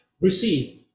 receive